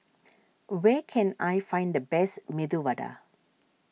where can I find the best Medu Vada